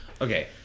Okay